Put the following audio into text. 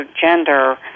gender